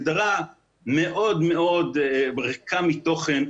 הגדרה מאוד מאוד ריקה תוכן,